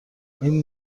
این